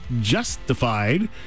justified